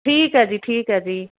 ਠੀਕ ਹੈ ਜੀ ਠੀਕ ਹੈ ਜੀ